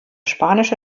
spanische